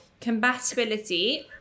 compatibility